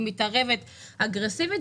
היא מתערבת אגרסיבית,